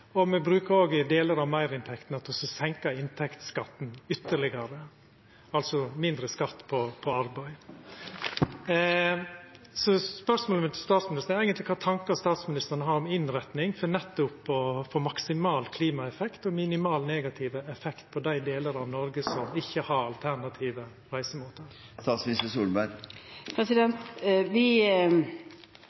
Me brukar òg delar av meirinntektene til å senka inntektsskatten ytterlegare, altså mindre skatt på arbeid. Så spørsmålet mitt til statsministeren er: Kva tankar har statsministeren om innretting for nettopp å få maksimal klimaeffekt og minimal negativ effekt for dei delane av Noreg som ikkje har alternative reisemåtar? Vi mener at dette må være en avgift som vi